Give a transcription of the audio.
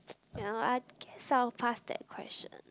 ya lor I guess I will pass that question